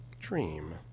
Dream